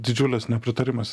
didžiulis nepritarimas